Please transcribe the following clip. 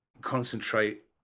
concentrate